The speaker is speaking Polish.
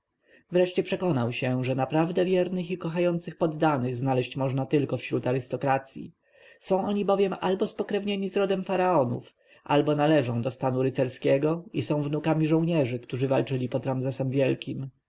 nareszcie przekonał się że naprawdę wiernych i kochających poddanych znaleźć można tylko wśród arystokracji są oni bowiem albo spokrewnieni z rodem faraonów albo należą do stanu rycerskiego i są wnukami żołnierzy którzy walczyli pod ramzesem wielkim